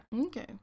Okay